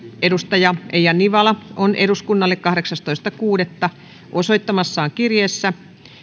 edustaja eija nivala on eduskunnalle kahdeksastoista kuudetta kaksituhattakahdeksantoista osoittamassaan kirjeessä